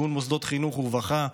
מיגון מוסדות חינוך ורווחה,